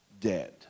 dead